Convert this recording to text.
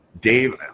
Dave